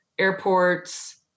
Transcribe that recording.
airports